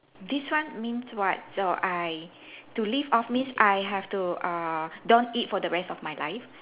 this one means what so I to live off means I have to err don't eat for the rest of my life